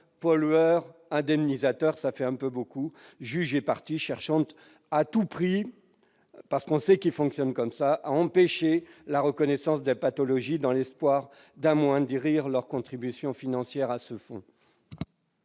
pollueurs, « indemnisateurs »- cela fait un peu beaucoup -, c'est-à-dire juge et partie, cherchant à tout prix- on sait qu'ils fonctionnent ainsi -à empêcher la reconnaissance des pathologies dans l'espoir d'amoindrir leur contribution financière à ce fonds.